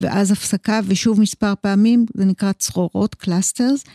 ואז הפסקה ושוב מספר פעמים, זה נקרא צרורות, קלאסטרס.